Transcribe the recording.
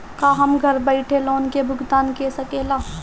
का हम घर बईठे लोन के भुगतान के शकेला?